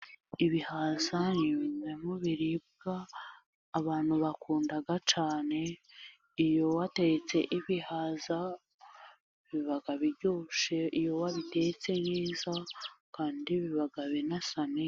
Ibihaza nibimwe mubiribwa abantu bakunda cyane, iyo watetse ibihaza biba biryoshye iyo wabitetse neza kandi biba bisa neza.